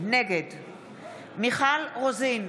נגד מיכל רוזין,